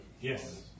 Yes